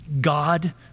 God